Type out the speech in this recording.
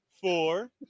four